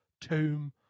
tomb